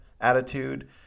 attitude